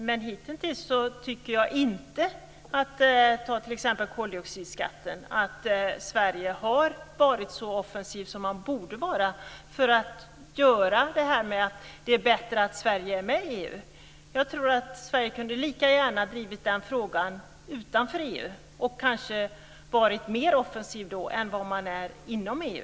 Men hitintills tycker jag inte att Sverige, t.ex. i koldioxidskattefrågan, har varit så offensivt som man borde vara för att visa att det är bättre att Sverige är med i EU. Jag tror att Sverige lika gärna kunde ha drivit den frågan utanför EU och kanske varit mer offensivt än vad man är inom EU.